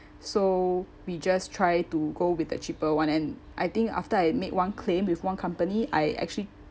so we just try to go with the cheaper one and I think after I make one claim with one company I actually